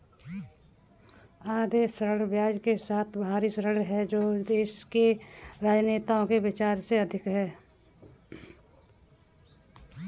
अदेय ऋण ब्याज के साथ बाहरी ऋण है जो देश के राजनेताओं के विचार से अधिक है